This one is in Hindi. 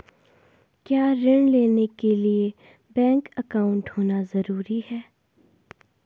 क्या ऋण लेने के लिए बैंक अकाउंट होना ज़रूरी है?